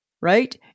right